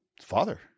father